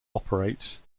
operates